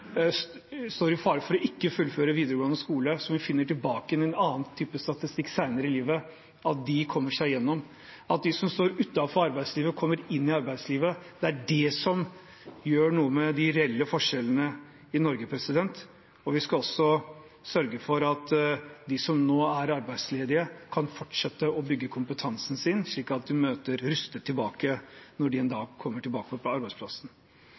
står i fare for ikke å fullføre videregående skole – som man finner igjen i en annen type statistikk senere i livet – kommer seg igjennom, og at de som står utenfor arbeidslivet, kommer inn i arbeidslivet. Det er det som gjør noe med de reelle forskjellene i Norge. Vi skal også sørge for at de som nå er arbeidsledige, kan fortsette å bygge kompetansen sin, slik at de møter rustet når de en dag kommer tilbake på arbeidsplassen.